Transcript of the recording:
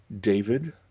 David